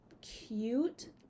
cute